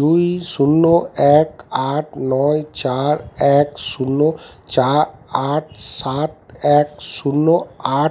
দুই শূন্য এক আট নয় চার এক শূন্য চার আট সাত এক শূন্য আট